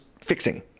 fixing